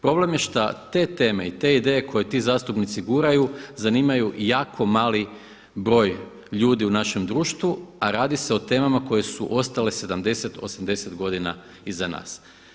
Problem je šta te teme i te ideje koje ti zastupnici guraju zanimaju jako mali broj ljudi u našem društvu a radi se o temama koje su ostale 70, 80 godina iza nas.